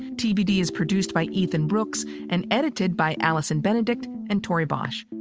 tbd is produced by ethan brooks and edited by allison benedikt and torie bosch.